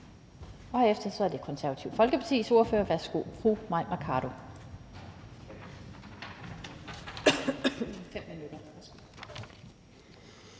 Herefter er det Det Konservative Folkepartis ordfører. Værsgo til fru Mai Mercado.